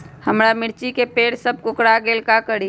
हमारा मिर्ची के पेड़ सब कोकरा गेल का करी?